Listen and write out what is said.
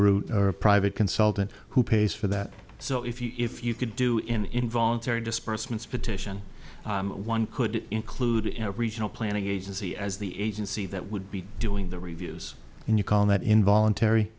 root or a private consultant who pays for that so if you could do in involuntary disbursements petition one could include in a regional planning agency as the agency that would be doing the reviews and you call that involuntary